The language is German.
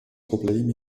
problem